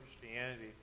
Christianity